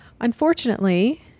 Unfortunately